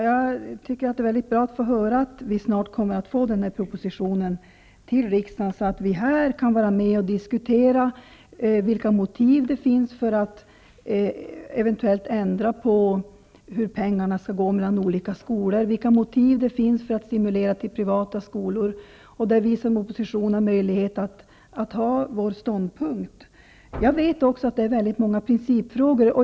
Herr talman! Det är bra att få höra att vi snart kommer att få propositionen till riksdagen, så att vi här kan vara med och diskutera. Då kan vi diskutera vilka motiv som finns för att eventuellt ändra på hur pengarna skall gå mellan olika skolor, vilka motiv som finns för att stimulera privata skolor, och vi kan som opposition redovisa vår ståndpunkt. Jag vet också att det gäller många principfrågor.